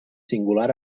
singular